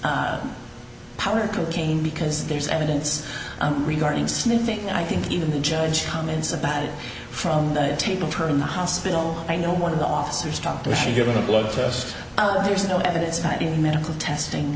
it's power to cane because there's evidence regarding sniffing and i think even the judge comments about it from the tape of her in the hospital i know one of the officers stopped giving a blood test out there's no evidence the medical testing